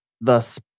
thus